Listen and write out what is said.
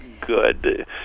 good